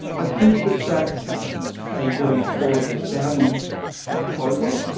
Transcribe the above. i think that that's a very plausible sounding proposal,